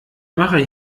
mache